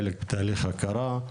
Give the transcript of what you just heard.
חלק בתהליך הכרה,